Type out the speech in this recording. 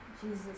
Jesus